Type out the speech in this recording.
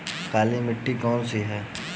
काली मिट्टी कौन सी है?